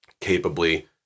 capably